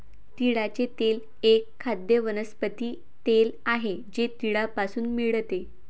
तिळाचे तेल एक खाद्य वनस्पती तेल आहे जे तिळापासून मिळते